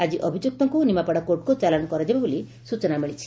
ଆଜି ଅଭିଯୁକ୍ତକୁ ନିମାପଡା କୋର୍ଟକୁ ଚାଲାଣ କରାଯିବ ବୋଲି ସ୍ଚନା ମିଳିଛି